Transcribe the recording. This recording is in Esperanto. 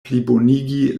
plibonigi